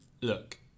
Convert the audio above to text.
look